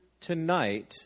tonight